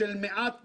של מעט גבירים.